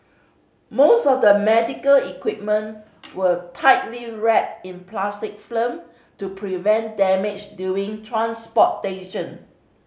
most of the medical equipment were tightly wrapped in plastic film to prevent damage during transportation